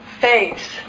face